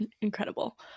incredible